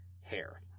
hair